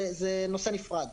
זה נושא נפרד.